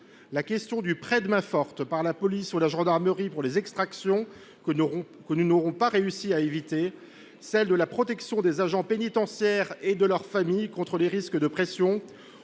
La question du prêt de main forte par la police ou la gendarmerie pour les extractions que nous n’aurons pas réussi à éviter, celle de la protection des agents pénitentiaires et de leurs familles contre les risques de pression,